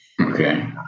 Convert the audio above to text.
Okay